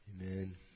Amen